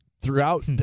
Throughout